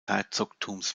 herzogtums